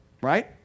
right